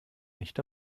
nicht